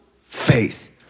faith